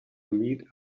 meet